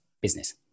business